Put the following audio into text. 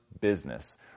business